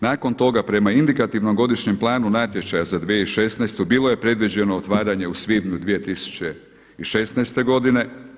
Nakon toga prema indikativnom godišnjem planu natječaja za 2016. bilo je predviđeno otvaranje u svibnju 2016. godine.